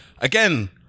again